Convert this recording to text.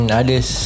others